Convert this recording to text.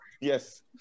yes